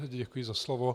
Děkuji za slovo.